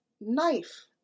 knife